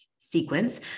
sequence